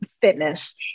fitness